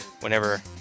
whenever